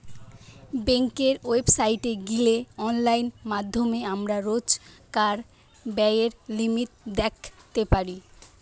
বেংকের ওয়েবসাইটে গিলে অনলাইন মাধ্যমে আমরা রোজকার ব্যায়ের লিমিট দ্যাখতে পারি